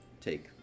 take